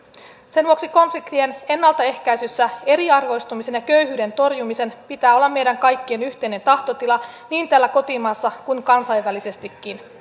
sen vuoksi konfliktien ennaltaehkäisyssä eriarvoistumisen ja köyhyyden torjumisen pitää olla meidän kaikkien yhteinen tahtotila niin täällä kotimaassa kuin kansainvälisestikin